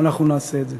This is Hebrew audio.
ואנחנו נעשה את זה.